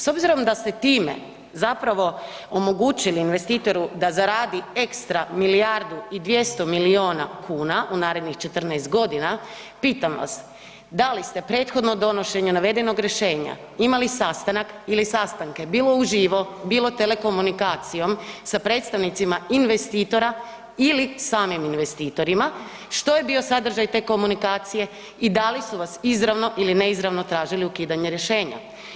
S obzirom da ste time zapravo omogućili investitoru da zaradi ekstra milijardu i 200 miliona kuna u narednih 14 godina, pitam vas da li ste prethodno donošenja navedenog rješenja imali sastanak ili sastanke bilo u živo, bilo telekomunikacijom sa predstavnicima investitora ili samim investitorima, što je bio sadržaj te komunikacije i da li su vas izravno ili neizravno tražili ukidanje rješenja?